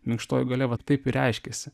minkštoji galia va taip ir reiškėsi